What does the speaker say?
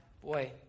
boy